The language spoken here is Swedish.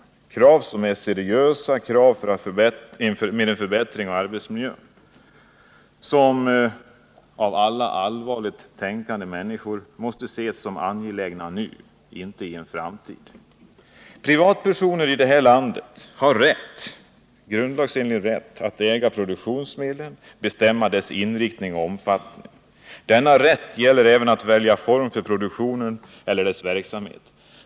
Det är krav som är seriösa, krav på förbättringar av arbetsmiljön, krav som alla allvarligt tänkande människor måste se som angelägna nu, inte i framtiden. Privatpersoner i detta land har grundlagsenlig rätt att äga produktionsmedlen och bestämma produktionens inriktning och omfattning. Denna rätt gäller även att välja form för produktionen eller dess verksamhet.